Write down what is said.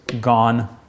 gone